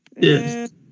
Yes